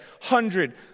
hundred